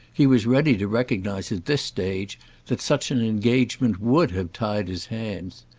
he was ready to recognise at this stage that such an engagement would have tied his hands.